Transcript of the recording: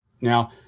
Now